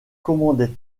commandait